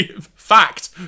Fact